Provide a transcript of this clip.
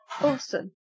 Awesome